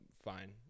fine